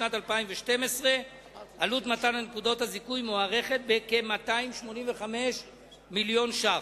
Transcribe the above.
לשנת 2012. עלות מתן נקודות הזיכוי מוערכת בכ-285 מיליון ש"ח.